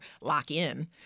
lock-in